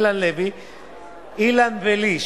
אילן ולי,